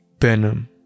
Venom